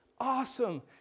Awesome